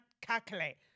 calculate